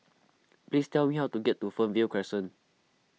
please tell me how to get to Fernvale Crescent